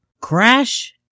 crash